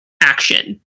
action